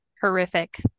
horrific